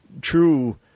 true